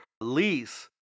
lease